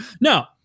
no